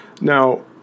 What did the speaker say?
Now